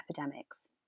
epidemics